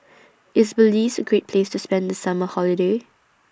IS Belize A Great Place to spend The Summer Holiday